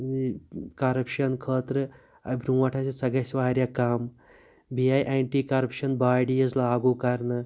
corruption خٲطرٕ برونٛٹھ أسۍ اسہِ سۄ گٔے اَسہِ وارِیاہ کَم بیٚیہِ آیہِ ایٚنٹہِ کَوٚرپشَن باڈیز لاگو کَرنہٕ